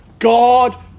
God